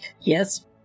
Yes